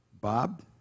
Bob